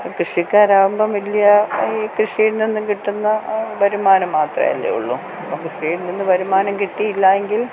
അപ്പം കൃഷിക്കാർ ആവുമ്പം വലിയ ഈ കൃഷിയിൽ നിന്നും കിട്ടുന്ന ആ വരുമാനം മാത്രം അല്ലെ ഉള്ളു അപ്പം കൃഷിയിൽ നിന്ന് വരുമാനം കിട്ടിയില്ല എങ്കിൽ